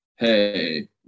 hey